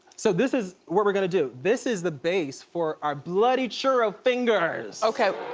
so this is where we're gonna do. this is the base for our bloody churro fingers. okay. oo.